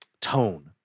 tone